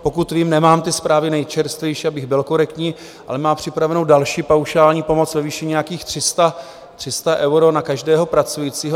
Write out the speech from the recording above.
Pokud vím nemám ty zprávy nejčerstvější, abych byl korektní ale má připravenou další paušální pomoc ve výši nějakých 300 euro na každého pracujícího.